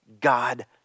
God